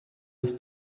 was